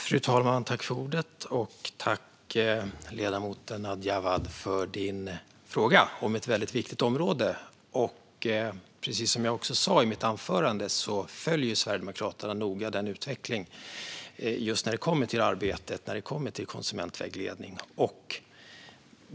Fru talman! Tack, ledamoten Nadja Awad, för din fråga om ett väldigt viktigt område! Precis som jag sa i mitt anförande följer Sverigedemokraterna noga utvecklingen just när det kommer till arbetet med konsumentvägledning.